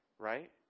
Right